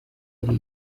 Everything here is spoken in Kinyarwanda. ari